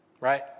Right